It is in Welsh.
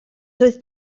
doedd